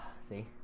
See